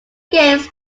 games